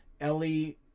Ellie